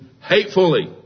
hatefully